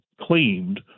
claimed